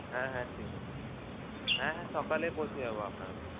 হ্যাঁ হ্যাঁ ঠিক আছে হ্যাঁ হ্যাঁ সকালে পৌঁছে যাব আপনার ঘর